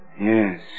Yes